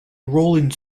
rolling